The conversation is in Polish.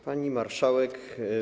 Pani Marszałek!